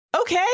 okay